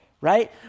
right